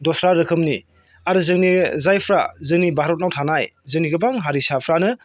दस्रा रोखोमनि आरो जोंनि जायफ्रा जोंनि भारतनाव थानाय जोंनि गोबां हारिसाफ्रानो